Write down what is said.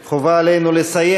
אבל חובה עלינו לסיים.